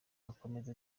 akomeza